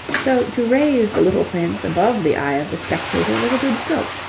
so to raise the little prince above the eye of the spectator was a good stroke,